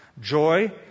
Joy